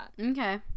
okay